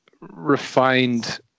refined